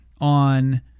on